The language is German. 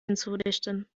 hinzudichten